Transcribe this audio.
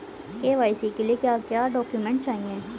KYC के लिए क्या क्या डॉक्यूमेंट चाहिए?